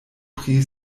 pri